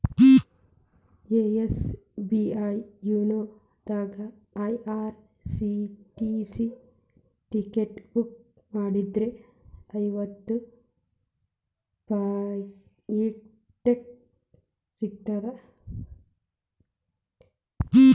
SBI YONO ದಾಗಾ IRCTC ticket book ಮಾಡಿದ್ರ ಐವತ್ತು ಪಾಯಿಂಟ್ ಸಿಗ್ತಾವ